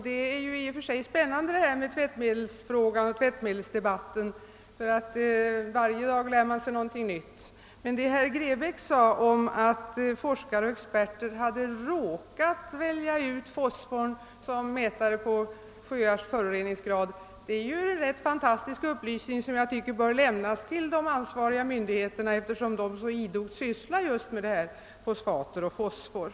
Det är i och för sig spännande med tvättmedelsdebatten, ty varje dag lär man sig något nytt. Vad herr Grebäck sade om att forskare och experter hade råkat välja ut fosfor som mätare på sjöars föroreningsgrad är emellertid en rätt fantastisk upplysning, som jag tycker bör lämnas till de ansvariga myndigheterna, eftersom de så idogt sysslar just med fosfater och fosfor.